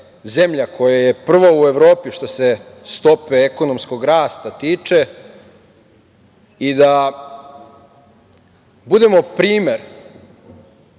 koja je prva u Evropi što se stope ekonomskog rasta tiče i da budemo primer